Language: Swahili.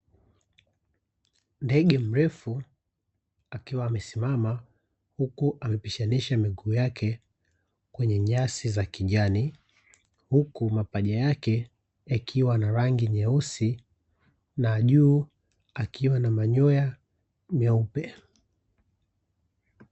Ndege mrefu akiwa amesimama huku amepishanisha miguu yake kwenye nyasi za kijani, huku mapaja yake yakiwa na rangi nyeusi na juu akiwa na manyoya meupe.